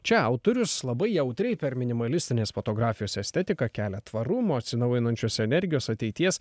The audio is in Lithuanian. čia autorius labai jautriai per minimalistinės fotografijos estetiką kelia tvarumo atsinaujinančios energijos ateities